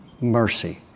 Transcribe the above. mercy